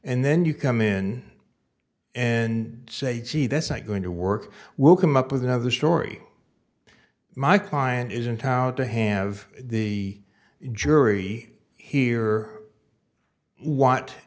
and then you come in and say gee that's not going to work we'll come up with another story my client isn't out to have the jury hear what